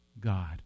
God